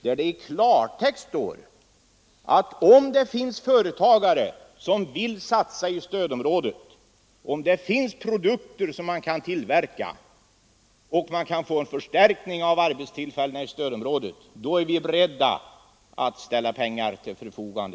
Där står det i klartext att om företagare vill satsa i stödområdet och om det finns produkter som kan tillverkas — om man alltså på detta sätt kan få en förstärkning av arbetstillfällena i stödområdet — är vi från vårt håll beredda att ställa pengar till förfogande.